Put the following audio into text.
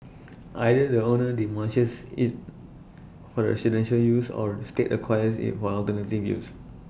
either the owner demolishes IT for residential use or state acquires IT for alternative use